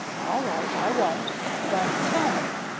all right, i won't but tell me